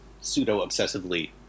pseudo-obsessively